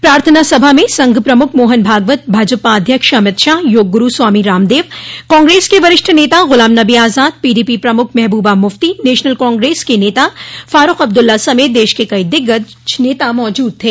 प्रार्थना सभा में संघ प्रमुख मोहन भागवत भाजपा अध्यक्ष अमित शाह योग गुरू स्वामी रामदेव कांग्रेस के वरिष्ठ नेता गुलाम नबी आजाद पीडीपी प्रमुख महबूबा मुफ्ती नेशनल कांफ्रेंस के नेता फारूख अब्दुल्ला समेत देश के कई दिग्गज नेता मौजूद थे